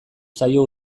zaio